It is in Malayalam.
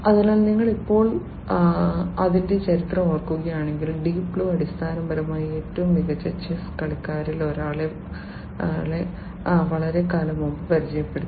അതിനാൽ നിങ്ങൾ ഇപ്പോൾ അതിന്റെ ചരിത്രം ഓർക്കുകയാണെങ്കിൽ ഡീപ് ബ്ലൂ അടിസ്ഥാനപരമായി ഏറ്റവും മികച്ച ചെസ്സ് കളിക്കാരിൽ ഒരാളെ വളരെക്കാലം മുമ്പ് പരാജയപ്പെടുത്തി